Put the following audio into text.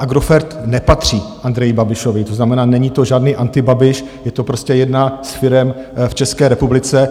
Agrofert nepatří Andreji Babišovi, to znamená, není to žádný antibabiš, je to prostě jedna z firem v České republice.